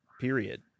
period